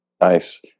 Nice